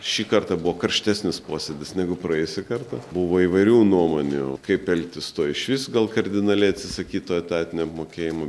šį kartą buvo karštesnis posėdis negu praėjusį kartą buvo įvairių nuomonių kaip elgtis tuoj išvis gal kardinaliai atsisakyt to etatinio apmokėjimo